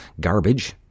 garbage